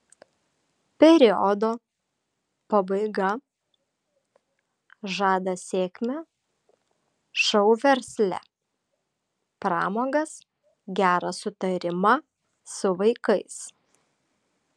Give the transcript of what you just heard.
periodo pabaiga žada sėkmę šou versle pramogas gerą sutarimą su vaikais